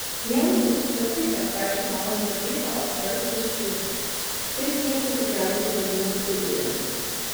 jam būtų patikę trečią valandą ryto apžvelgti sūnus taip pjesę tikriausiai vadino studijoje